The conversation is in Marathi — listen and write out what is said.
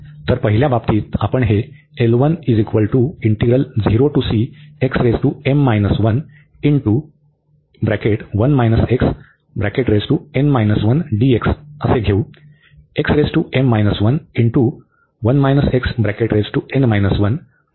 तर पहिल्या बाबतीत आपण हे घेऊ